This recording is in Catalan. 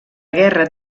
guerra